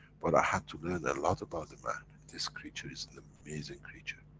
but i had to learn a lot about the man. this creature is an amazing creature.